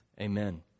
Amen